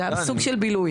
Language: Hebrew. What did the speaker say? זה היה סוג של בילוי.